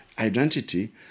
identity